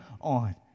on